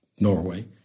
Norway